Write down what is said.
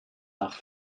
nach